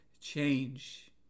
change